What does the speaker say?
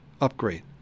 upgrade